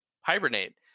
hibernate